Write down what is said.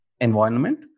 environment